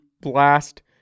blast